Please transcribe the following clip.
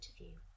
interview